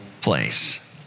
place